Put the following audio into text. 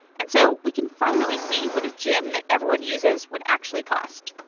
and so we can finally see what a gym that everyone uses would actually cost.